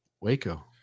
Waco